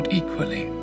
equally